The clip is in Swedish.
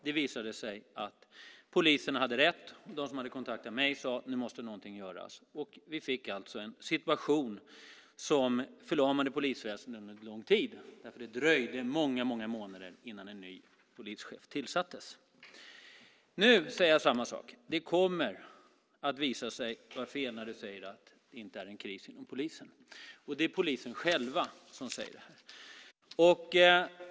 Det visade sig att polisen hade rätt, och de som hade kontaktat mig sade: Nu måste någonting göras. Vi fick alltså en situation som förlamade polisväsendet under väldigt lång tid. Det dröjde många månader innan en ny polischef tillsattes. Nu säger jag samma sak. Det kommer att visa sig att du har fel när du säger att det inte är någon kris inom polisen. Det är också polisen själv som säger det.